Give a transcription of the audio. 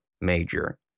major